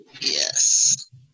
Yes